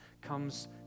comes